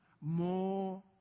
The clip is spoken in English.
more